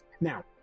now